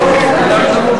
המובילות?